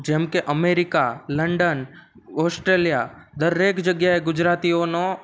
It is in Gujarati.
જેમકે અમેરિકા લંડન ઓસ્ટ્રેલીયા દરેક જગ્યાએ ગુજરાતીઓનો